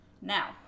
Now